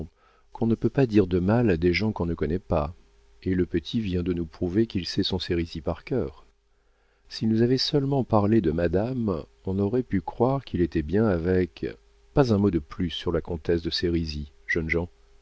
qu'on ne peut pas dire de mal des gens qu'on ne connaît pas et le petit vient de nous prouver qu'il sait son sérisy par cœur s'il nous avait seulement parlé de madame on aurait pu croire qu'il était bien avec pas un mot de plus sur la comtesse de sérisy jeunes gens